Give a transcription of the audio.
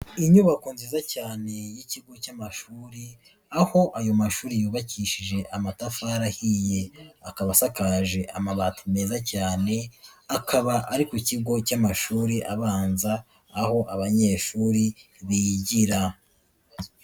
Inyubako nziza cyane y'ikigo cy'amashuri, aho ayo mashuri yubakishije amatafari ahiye akaba asaje amabati meza cyane akaba ari ku kigo cy'amashuri abanza aho abanyeshuri bigira.